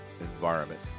environment